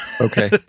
Okay